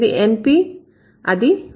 ఇది NP అది VP